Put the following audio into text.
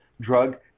drug